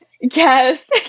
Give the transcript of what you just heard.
Yes